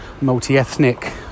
multi-ethnic